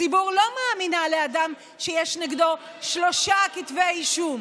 הציבור לא מאמינה לאדם שיש נגדו שלושה כתבי אישום,